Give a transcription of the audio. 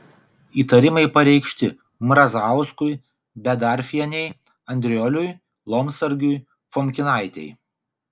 įtarimai pareikšti mrazauskui bedarfienei andrioliui lomsargiui fomkinaitei